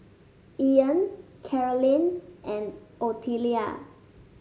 Ian Carolynn and Ottilia